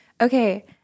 Okay